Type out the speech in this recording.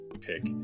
pick